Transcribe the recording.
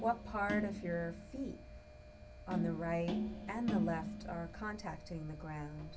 what part of your feet on the right and the left are contacting the ground